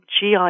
GI